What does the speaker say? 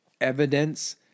evidence